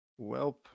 Welp